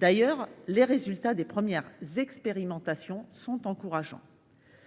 Les résultats des premières expérimentations sont d’ailleurs encourageants.